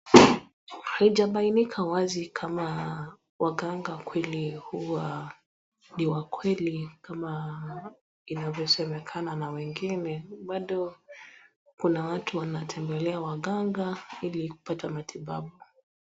Haijabainika wazi kama waganga kweli huwa ni wa kweli kama inavyosemekana na wengine. Bado kuna watu wanatemblea waganga ili kupata matibabu.